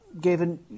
Gavin